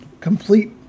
complete